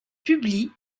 publie